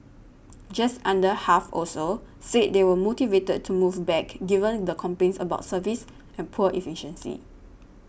just under half also said they were motivated to move back given the complaints about service and poor efficiency